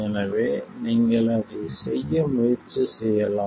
எனவே நீங்கள் அதை செய்ய முயற்சி செய்யலாம்